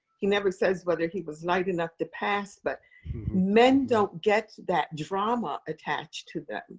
he never says whether he was light enough to pass, but men don't get that drama attached to them,